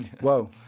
Whoa